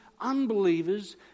unbelievers